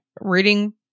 reading